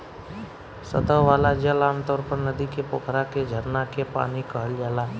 सतह वाला जल आमतौर पर नदी के, पोखरा के, झरना के पानी कहल जाला